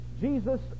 Jesus